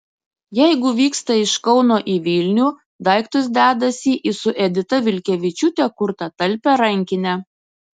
jeigu vyksta iš kauno į vilnių daiktus dedasi į su edita vilkevičiūte kurtą talpią rankinę